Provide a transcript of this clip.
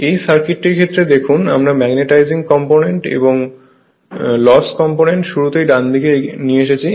এই সার্কিটটির ক্ষেত্রে দেখুন আমরা ম্যাগনেটাইজিং কম্পোনেন্ট এবং রেফার টাইম 0025 লস কম্পোনেন্ট শুরুতেই ডানদিকে নিয়ে এসেছি